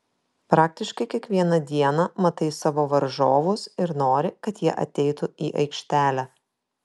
praktiškai kiekvieną dieną matai savo varžovus ir nori kad jie ateitų į aikštelę